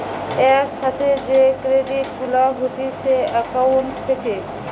এক সাথে যে ক্রেডিট গুলা হতিছে একাউন্ট থেকে